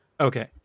Okay